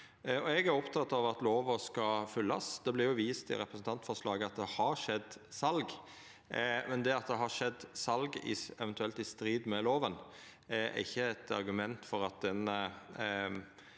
Eg er oppteken av at lova skal fylgjast. Det vert i representantforslaget vist til at det har skjedd sal, men det at det har skjedd sal, eventuelt i strid med lova, er ikkje eit argument for at den